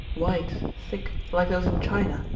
white, thick, like those in china,